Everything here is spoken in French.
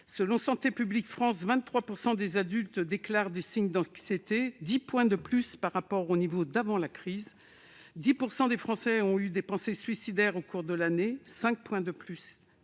Selon Santé publique France, 23 % des adultes déclarent des signes d'anxiété, soit dix points supplémentaires par rapport au niveau d'avant la crise. De plus, 10 % des Français ont eu des pensées suicidaires au cours de l'année, soit cinq points de plus